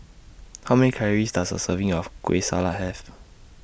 How Many Calories Does A Serving of Kueh Salat Have